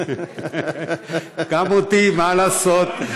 גם אותי, מה לעשות?